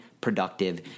productive